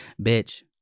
Bitch